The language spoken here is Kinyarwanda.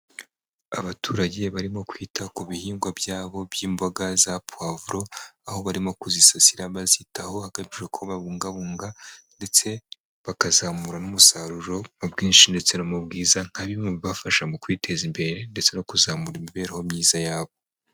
Abaturage barimo kwita ku bihingwa byabo by'imboga za puwavuro, aho barimo kuzisasira, bazitaho, hagamijwe ko babungabunga, ndetse bakazamura n'umusaruro mu bwinshi ndetse no bwiza, nka bimwe mubibafasha mu kwiteza imbere ndetse no kuzamura imibereho myiza yabo.